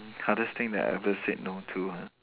hardest thing that I ever said no to ha